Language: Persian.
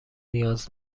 نیاز